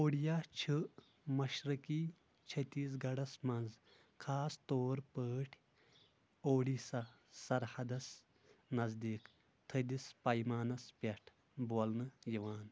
اوڈیا چھِ مشرقی چھتیس گڑس منٛز خاص طور پٲٹھۍ اوڈیسا سَرحَدس نزدیٖک تٔھدِس پَیمانَس پٮ۪ٹھ بولنہٕ یِوان